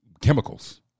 chemicals